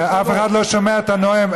אף אחד לא שומע את הנואם.